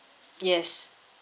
yes